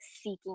seeking